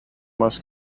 must